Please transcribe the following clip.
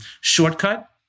shortcut